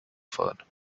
phone